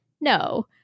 no